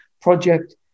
project